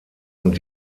und